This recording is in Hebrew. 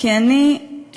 אבל אני שואלת